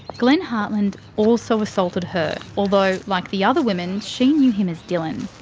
glenn hartland also assaulted her, although, like the other women, she knew him as dylan.